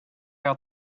out